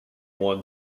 one